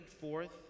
forth